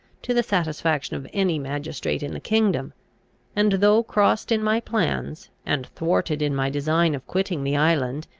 to the satisfaction of any magistrate in the kingdom and though crossed in my plans, and thwarted in my design of quitting the island,